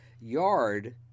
yard